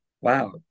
wow